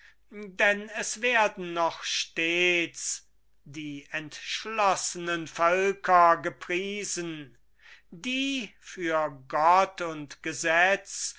denn es werden noch stets die entschlossenen völker gepriesen die für gott und gesetz